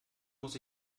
muss